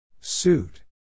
Suit